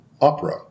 opera